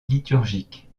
liturgique